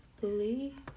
believe